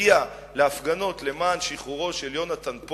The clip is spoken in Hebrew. שמגיעים להפגנות למען שחרורו של יהונתן,